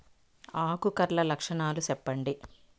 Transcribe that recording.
ఆకు కర్ల లక్షణాలు సెప్పండి